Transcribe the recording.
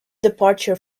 departure